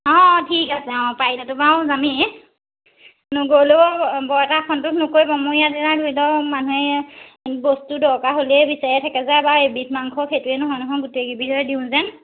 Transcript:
অঁ অঁ ঠিক আছে অঁ পাৰিলেটো বাৰু যামেই নগ'লেও বৰ এটা অসন্তোষ নকৰিব মই ইয়াত ভিতৰৰ মানুহে বস্তু দৰকাৰ হ'লে বিচাৰিয়ে থাকে যে এবিধ মাংসই সেইটোৱে নহয় নহয় গোটেইকেইবিধে দিওঁ যেন